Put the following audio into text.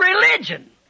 religion